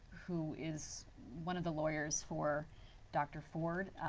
who is one of the lawyers for dr. ford.